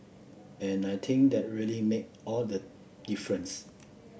and I think that really make all the difference